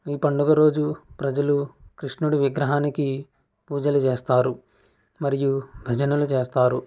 ఈ పండుగ రోజు ప్రజలు కృష్ణుడి విగ్రహానికి పూజలు చేస్తారు మరియు భజనలు చేస్తారు